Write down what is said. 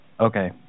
okay